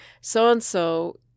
so-and-so